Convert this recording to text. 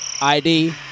ID